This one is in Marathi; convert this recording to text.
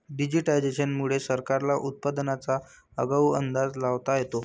डिजिटायझेशन मुळे सरकारला उत्पादनाचा आगाऊ अंदाज लावता येतो